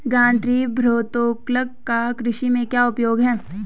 गठरी भारोत्तोलक का कृषि में क्या उपयोग है?